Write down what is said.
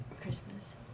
Christmas